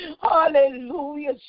Hallelujah